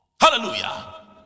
hallelujah